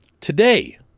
Today